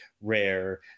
rare